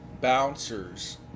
Bouncers